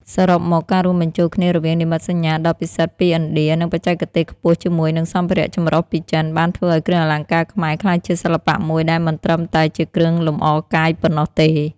សរុបមក ការរួមបញ្ចូលគ្នារវាងនិមិត្តសញ្ញាដ៏ពិសិដ្ឋពីឥណ្ឌា និងបច្ចេកទេសខ្ពស់ជាមួយនឹងសម្ភារៈចម្រុះពីចិន បានធ្វើឱ្យគ្រឿងអលង្ការខ្មែរក្លាយជាសិល្បៈមួយដែលមិនត្រឹមតែជាគ្រឿងលម្អកាយប៉ុណ្ណោះទេ។